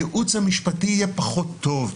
הייעוץ המשפטי יהיה פחות טוב.